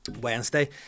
Wednesday